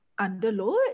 underload